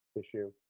issue